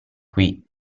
qui